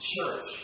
church